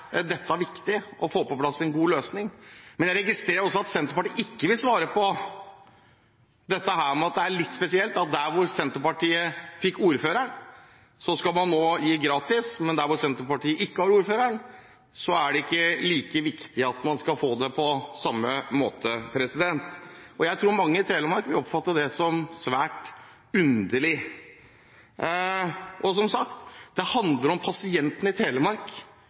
viktig å få på plass en god løsning. Jeg registrerer også at Senterpartiet ikke vil svare på det som er litt spesielt, at der hvor Senterpartiet har ordføreren, skal man nå gi bort gratis, men der hvor Senterpartiet ikke har ordføreren, er det ikke like viktig at man skal få det på samme måte. Jeg tror mange i Telemark vil oppfatte det som svært underlig. Som sagt handler det om pasientene i Telemark